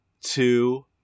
two